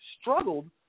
struggled